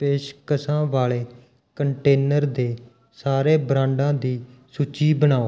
ਪੇਸ਼ਕਸ਼ਾਂ ਵਾਲੇ ਕੰਟੇਨਰ ਦੇ ਸਾਰੇ ਬ੍ਰਾਂਡਾਂ ਦੀ ਸੂਚੀ ਬਣਾਓ